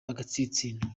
agatsinsino